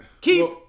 Keep